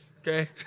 okay